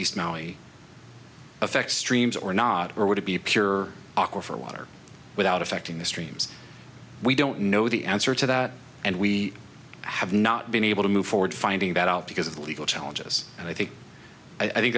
now affect streams or not or would it be pure awkward for water without affecting the streams we don't know the answer to that and we have not been able to move forward finding that out because of the legal challenges and i think i think